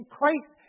Christ